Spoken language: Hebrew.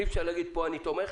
אי אפשר להגיד, פה אני תומך